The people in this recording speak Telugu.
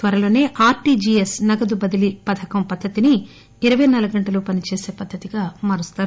త్వరలోసే ఆర్ టి జిఎస్ నగదు బదిలీ పథకం పద్దతిని ఇరపై నాలుగుగంటలూ పనిచేసే పద్దతిగా మారుస్తారు